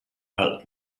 hurt